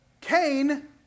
Cain